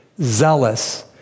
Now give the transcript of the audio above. zealous